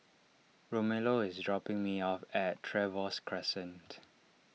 Romello is dropping me off at Trevose Crescent